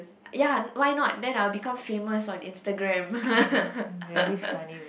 ya why not then I will become famous on Instagram